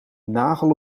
nagel